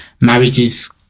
marriages